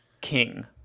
King